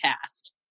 past